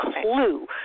clue